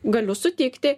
galiu sutikti